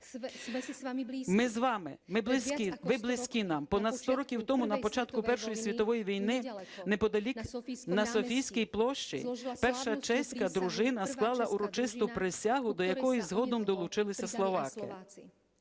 Ми з вами, ви близькі нам. Понад 100 років тому, на початку Першої світової війни, неподалік на Софіївській площі перша чеська дружина склала урочисту присягу, до якої згодом долучилися словаки.